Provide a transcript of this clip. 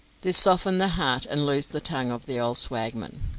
this softened the heart and loosed the tongue of the old swagman.